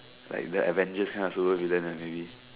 like the Avengers kind ah maybe